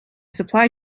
supply